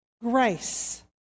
Grace